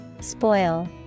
Spoil